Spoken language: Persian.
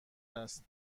است